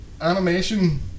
animation